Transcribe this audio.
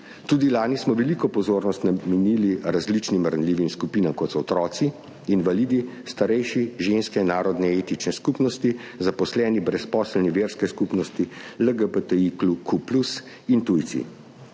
Tudi lani smo veliko pozornosti namenili različnim ranljivim skupinam, kot so otroci, invalidi, starejši, ženske, narodne, etične skupnosti, zaposleni, brezposelni, verske skupnosti, LGBTIQ+ in tujci.